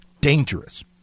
dangerous